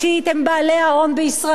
בעלי ההון בישראל,